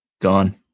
Gone